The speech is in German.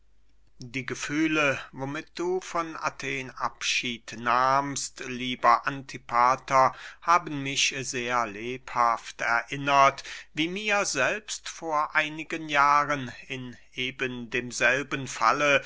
die gefühle womit du von athen abschied nahmst lieber antipater haben mich sehr lebhaft erinnert wie mir selbst vor einigen jahren in eben demselben falle